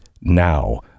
now